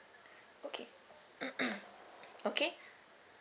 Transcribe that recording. okay okay